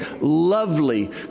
lovely